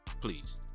Please